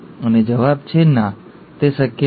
અને જવાબ છે ના તે શક્ય નથી